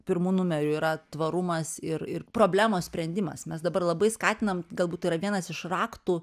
pirmu numeriu yra tvarumas ir ir problemos sprendimas mes dabar labai skatinam galbūt tai yra vienas iš raktų